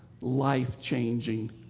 life-changing